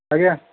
ଆଜ୍ଞା